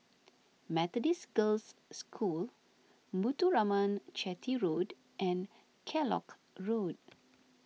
Methodist Girls' School Muthuraman Chetty Road and Kellock Road